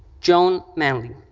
joan manley.